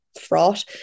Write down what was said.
fraught